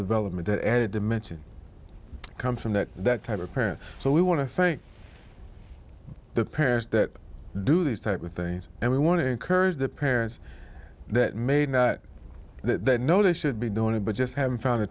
development added dimension comes from that type of parent so we want to thank you the parents that do these type of things and we want to encourage the parents that made that they know they should be doing it but just haven't found